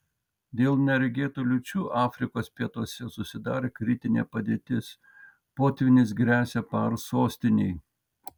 dėl neregėtų liūčių afrikos pietuose susidarė kritinė padėtis potvynis gresia par sostinei